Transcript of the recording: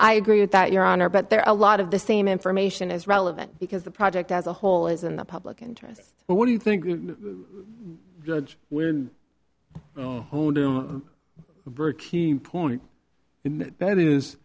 i agree with that your honor but there are a lot of the same information is relevant because the project as a whole is in the public interest but what do you think judge brinn point in that is